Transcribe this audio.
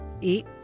eat